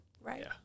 right